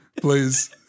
please